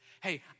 hey